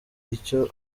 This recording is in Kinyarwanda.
icyo